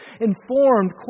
informed